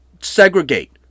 segregate